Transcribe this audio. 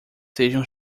sejam